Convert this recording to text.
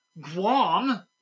Guam